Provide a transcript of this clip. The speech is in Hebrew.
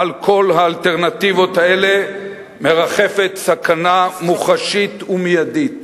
מעל כל האלטרנטיבות האלה מרחפת סכנה מוחשית ומיידית